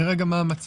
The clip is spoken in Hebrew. נראה מה המצב,